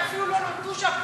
שאפילו לא נולדו שם,